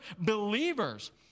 believers